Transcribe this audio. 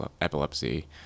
epilepsy